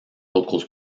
local